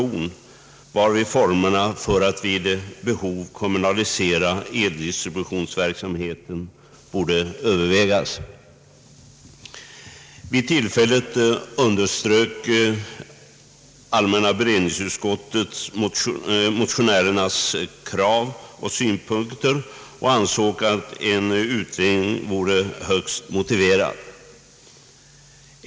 Vid detta tillfälle underströk allmänna beredningsutskottet motionärernas krav och synpunkter och ansåg att en utredning vore högst motiverad.